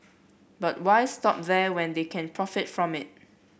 but why stop there when they can profit from it